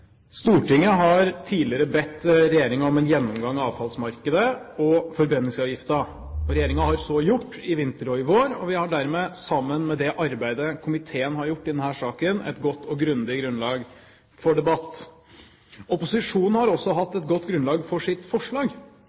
Stortinget har tidligere bedt regjeringen om en gjennomgang av avfallsmarkedet og forbrenningsavgiften. Regjeringen har så gjort i vinter og i vår, og vi har dermed sammen med det arbeidet komiteen har gjort i denne saken, et godt og grundig grunnlag for debatt. Opposisjonen har også hatt et godt grunnlag for sitt forslag.